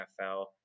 NFL